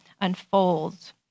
unfolds